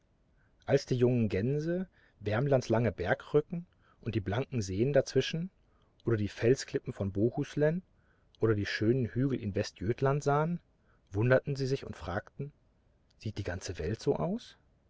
als die jungen gänse wärmlands lange bergrücken und die blanken seen dazwischen oder die felsklippen von bohuslän oder die schönen hügel in westgötlandsahen wundertensiesichundfragten siehtdieganzeweltso aus